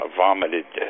vomited